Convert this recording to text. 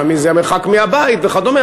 לפעמים זה המרחק מהבית וכדומה,